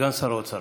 סגן שר האוצר,